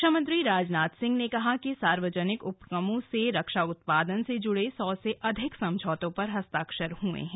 रक्षामंत्री राजनाथ सिंह ने कहा कि सार्यजनिक उपक्रमों से रक्षा उत्पादन से जुड़े सौ से अधिक समझौतों पर हस्ताक्षर हुए हैं